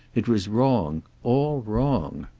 it was wrong, all wrong.